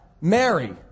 Mary